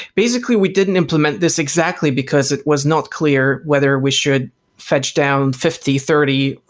basically we didn't implement this exactly because it was not clear whether we should fetch down fifty, thirty,